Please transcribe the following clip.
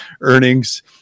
earnings